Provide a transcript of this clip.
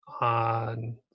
on